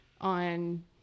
on